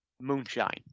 Moonshine